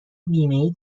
بیمهای